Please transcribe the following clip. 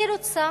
היא רוצה